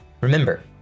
Remember